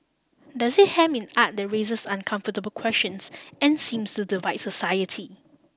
does it hem in art that raises uncomfortable questions and seems to divide society